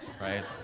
right